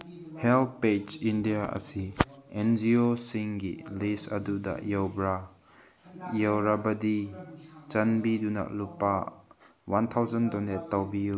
help page India ꯑꯁꯤ ꯑꯦꯟ ꯖꯤ ꯑꯣꯁꯤꯡꯒꯤ ꯂꯤꯁ ꯑꯗꯨꯗ ꯌꯥꯎꯕ꯭ꯔꯥ ꯌꯥꯎꯔꯕꯗꯤ ꯆꯥꯟꯕꯤꯗꯨꯅ ꯂꯨꯄꯥ ꯋꯥꯟ ꯊꯥꯎꯖꯟ ꯗꯣꯅꯦꯠ ꯇꯧꯕꯤꯌꯨ